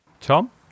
Tom